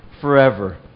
forever